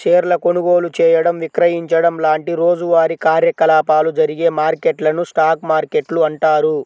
షేర్ల కొనుగోలు చేయడం, విక్రయించడం లాంటి రోజువారీ కార్యకలాపాలు జరిగే మార్కెట్లను స్టాక్ మార్కెట్లు అంటారు